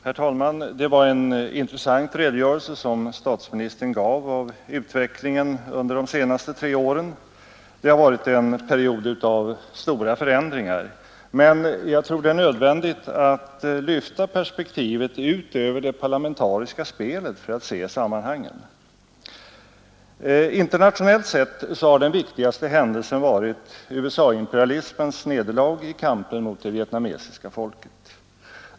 Herr talman! Jag höll ett anförande här för en stund sedan, där jag egentligen tog upp ett problem. Först redovisade jag vår politik och riksdagens arbete, och sedan ställde jag denna fråga till borgerligheten: Var är det borgerliga regeringsalternativet? Nu har kammarens ledamöter haft tillfälle att lyssna på alla de tre partiledare som tidigare talat och nu senast dessutom på herr Hermansson.